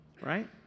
right